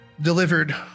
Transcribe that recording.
delivered